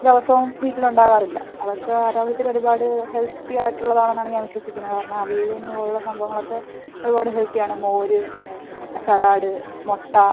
ദിവസവും വീട്ടിൽ ഉണ്ടാവാറില്ല അതൊക്കെ ആരോഗ്യത്തിന് ഒരുപാട് ഹെൽത്തി ആയിട്ടുള്ളതാണ് എന്നാണ് ഞാൻ വിശ്വസിക്കുന്നത് കാരണം അവിയൽ എന്നുള്ള സംഭവങ്ങളൊക്കെ ഒരുപാട് ഹെൽത്തി ആണ് മോര് സലാഡ് മുട്ട